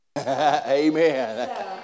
Amen